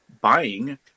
buying